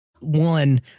one